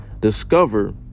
Discover